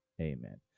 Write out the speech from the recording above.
amen